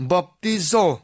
Baptizo